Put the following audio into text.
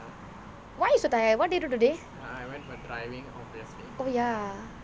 why you so tired what did you do today